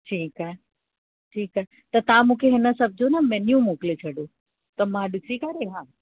ठीकु आहे ठीकु आहे त तव्हां मूंखे हिन सभु जो मेन्यू मोकिले छॾिजो त मां ॾिसी करे हा